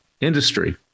industry